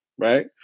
Right